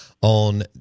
on –